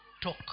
talk